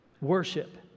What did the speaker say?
Worship